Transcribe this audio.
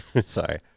sorry